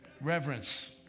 reverence